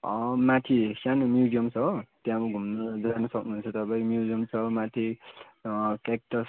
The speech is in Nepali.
माथि सानो म्युजियम छ हो त्यहाँ घुम्न जान सक्नुहुन्छ तपाईँ म्युजियम छ माथि क्याक्टस